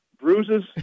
bruises